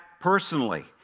personally